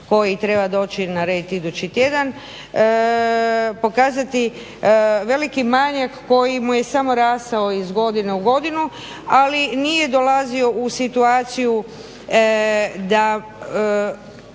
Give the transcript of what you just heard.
koji treba doći na red idući tjedan, pokazati veliki manijak koji mu je samo rastao iz godine u godinu ali nije dolazio u situaciju da